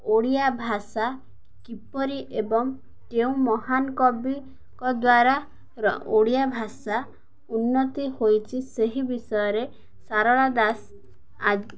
ଓଡ଼ିଆ ଭାଷା କିପରି ଏବଂ କେଉଁ ମହାନ କବିଙ୍କ ଦ୍ୱାରା ଓଡ଼ିଆ ଭାଷା ଉନ୍ନତି ହୋଇଛି ସେହି ବିଷୟରେ ସାରଳା ଦାସ ଆ